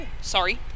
Sorry